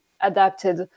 adapted